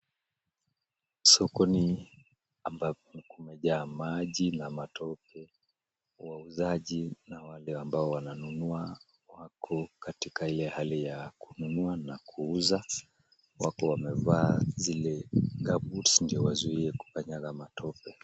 Sokoni ambapo kumejaa maji na matope, wauzaji na wale ambao wananua wako katika ile hali ya kununua na kuuza. Wako wamevaa zile gumboots ndio wazuie kukanyanga matope.